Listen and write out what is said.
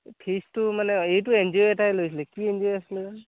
ফিজটো মানে এইটো এন জি অ' এটাই লৈছিলে কি এন জি অ' আছিলে জানোঁ